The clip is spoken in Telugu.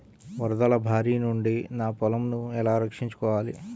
వరదల భారి నుండి నా పొలంను ఎలా రక్షించుకోవాలి?